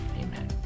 Amen